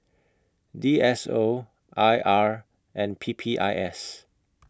D S O I R and P P I S